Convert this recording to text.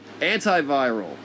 antiviral